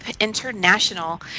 International